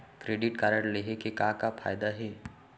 Credit card लेहे के का का फायदा हे?